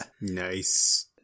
Nice